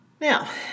Now